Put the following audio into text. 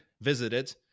visited